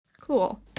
Cool